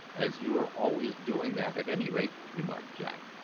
as you're always doing that at any rate, remarked jack,